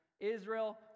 Israel